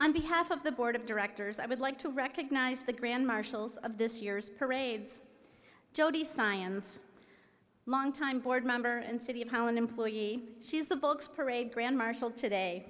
on behalf of the board of directors i would like to recognize the grand marshals of this year's parades jodi science longtime board member and city of holland employee she is the folks parade grand marshal today